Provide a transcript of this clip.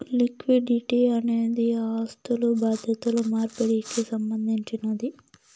liquidity అనేది ఆస్థులు బాధ్యతలు మార్పిడికి సంబంధించినది